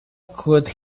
could